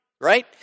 right